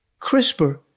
CRISPR